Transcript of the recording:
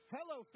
Hello